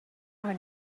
are